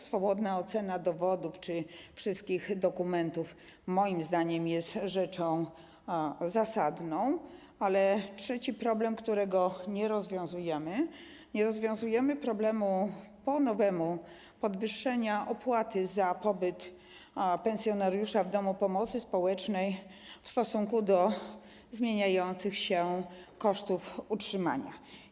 Swobodna ocena dowodów czy wszystkich dokumentów moim zdaniem jest rzeczą zasadną, ale trzeci problem, którego nie rozwiązujemy po nowemu, to problem podwyższenia opłaty za pobyt pensjonariusza w domu pomocy społecznej w stosunku do zmieniających się kosztów utrzymania.